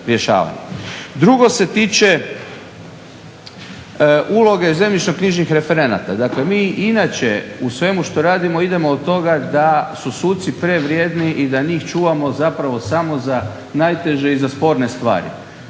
Drugo se tiče uloge ZK referenata. Dakle mi inače u svemu što radimo idemo od toga da su suci prevrijedni i da njih čuvamo zapravo samo za najteže i za sporne stvari.